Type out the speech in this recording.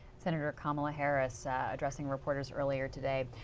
senator kamala harris addressing reporters earlier today.